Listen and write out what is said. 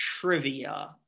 trivia